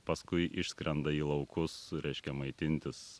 paskui išskrenda į laukus reiškia maitintis